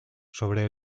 sobre